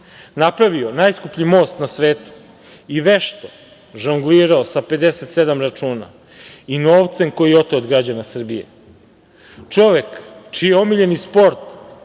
napravio najskuplji most na svetu i vešto žonglirao sa 57 računa i novcem koji je oteo od građana Srbije. Čovek, čiji je omiljeni sport